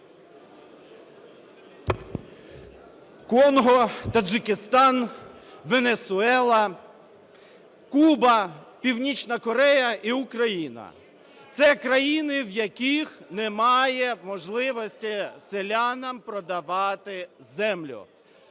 Конго, Таджикистан, Венесуела, Куба, Північна Корея і Україна – це країни, в яких немає можливості селянам продавати землю.